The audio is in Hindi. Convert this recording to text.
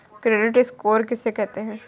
क्रेडिट स्कोर किसे कहते हैं?